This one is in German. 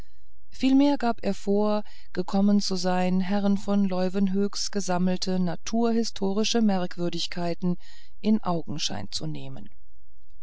vielmehr gab er vor gekommen zu sein herrn von leuwenhoeks gesammelte naturhistorische merkwürdigkeiten in augenschein zu nehmen